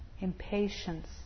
impatience